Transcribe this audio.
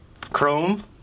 Chrome